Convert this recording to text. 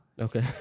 Okay